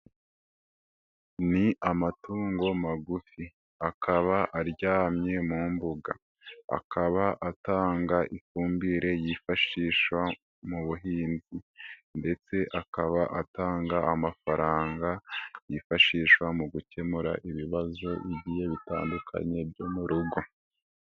Ni amatungo magufi akaba aryamye mu mbuga, akaba atanga ifumbire yifashisha mu buhinzi, ndetse akaba atanga amafaranga yifashishwa mu gukemura ibibazo ibi bitandukanye byo mu rugo.